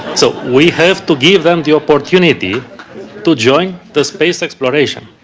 so we have to give them the opportunity to join the space exploration.